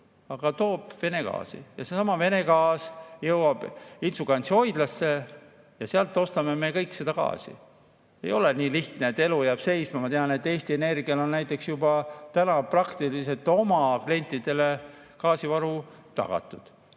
aga toob Vene gaasi. Ja seesama Vene gaas jõuab Inčukalnsi hoidlasse ja sealt ostame me kõik seda gaasi. Ei ole nii lihtne, et elu jääb seisma. Ma tean, et Eesti Energial on juba täna praktiliselt oma klientidele gaasivaru tagatud,